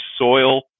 soil